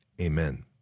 amen